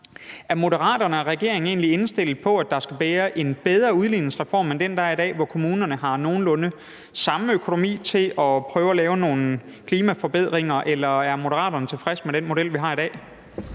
egentlig indstillet på, at der skal være en bedre udligningsreform end den, der er i dag, hvor kommunerne har nogenlunde samme økonomi til at prøve at lave nogle klimaforbedringer, eller er Moderaterne tilfreds med den model, vi har i dag?